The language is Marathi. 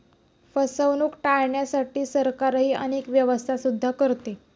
फसवणूक टाळण्यासाठी सरकारही अनेक व्यवस्था सुद्धा करते